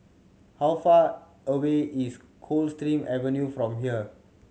how far away is Coldstream Avenue from here